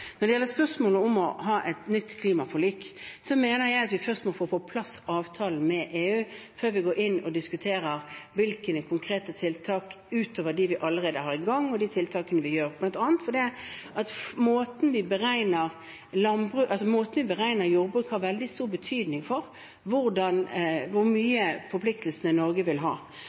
Når det gjelder spørsmålet om å ha et nytt klimaforlik, mener jeg at vi først må få på plass avtalen med EU før vi går inn og diskuterer konkrete tiltak ut over dem vi allerede er i gang med, de tiltakene vi har, bl.a. fordi måten vi beregner jordbruk på, har veldig stor betydning for hvor mye forpliktelser Norge vil ha.